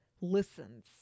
listens